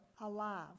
alive